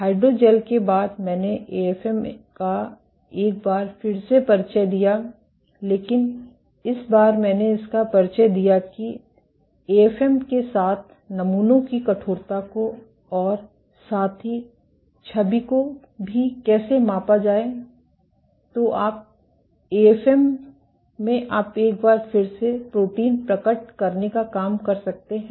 hydrogel के बाद मैंने एएफएम का एक बार फिर से परिचय दिया लेकिन इस बार मैंने इसका परिचय दिया कि एएफएम के साथ नमूनों की कठोरता को और साथ ही छवि को भी कैसे मापा जाए तो एएफएम में आप एक बार फिर से प्रोटीन प्रकट करने का काम कर सकते है